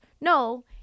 No